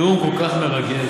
נאום כל כך מרגש.